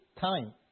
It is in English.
time